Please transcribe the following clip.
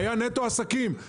זה היה נטו עסקים.